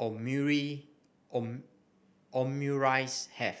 Omurice have